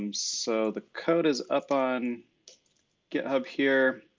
um so the code is up on github here,